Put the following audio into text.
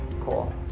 Cool